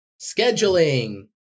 Scheduling